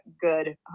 good